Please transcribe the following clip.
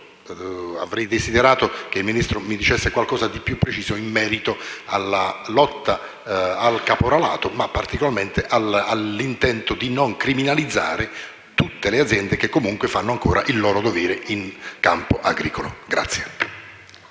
Avrei desiderato che il Ministro mi dicesse qualcosa di più preciso in merito alla lotta al caporalato e in particolare all'intento di non criminalizzare tutte le aziende che fanno ancora il loro dovere in campo agricolo.